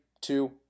two